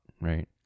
right